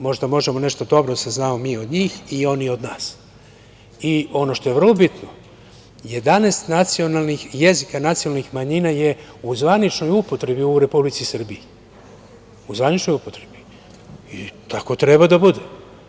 Možda možemo nešto dobro da saznamo mi od njih i oni od nas i ono što je vrlo bitno, 11 jezika nacionalnih manjina je u zvaničnoj upotrebi u Republici Srbiji, u zvaničnoj upotrebi i tako treba da bude.